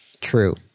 True